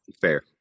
Fair